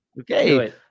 Okay